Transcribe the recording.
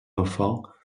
enfants